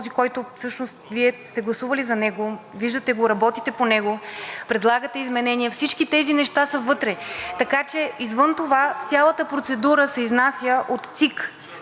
който всъщност Вие сте гласували за него, виждате го, работите по него, предлагате изменения. Всички тези неща са вътре. Така че извън това, цялата процедура се изнася от ЦИК